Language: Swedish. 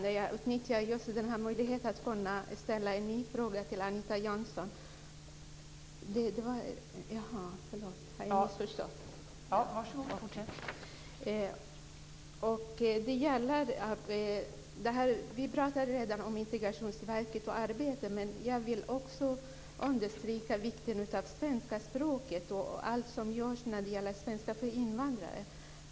Fru talman! Jag utnyttjar möjligheten att kunna ställa en ny fråga till Anita Jönsson. Vi pratade redan om Integrationsverket och arbete. Jag vill också understryka vikten av svenska språket och allt som görs när det gäller svenska för invandrare.